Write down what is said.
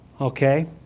Okay